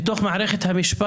לוועדה.